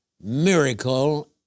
Miracle